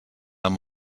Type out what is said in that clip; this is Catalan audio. amb